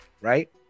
Right